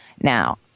Now